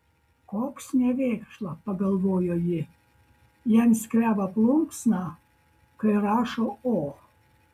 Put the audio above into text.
koks nevėkšla pagalvojo ji jam skreba plunksna kai rašo o